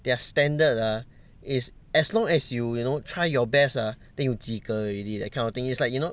their standard ah is as long as you you know try your best ah then you 及格 already that kind of thing is like you know